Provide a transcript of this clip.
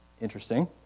Interesting